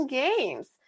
games